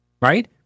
right